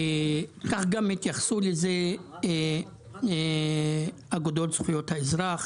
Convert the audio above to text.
כך גם התייחסו לזה אגודות זכויות האזרח